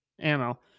ammo